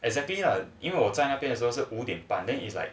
exactly ah 因为我在那边的时候是五点半 then is like